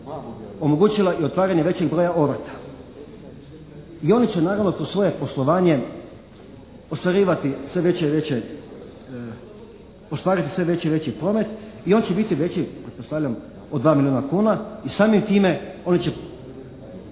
omogućila i otvaranje većeg broja obrta, i oni će naravno kroz svoje poslovanje ostvarivati sve veći i veći promet i on će biti veći pretpostavljam od 2 milijuna kuna i samim time oni će